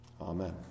Amen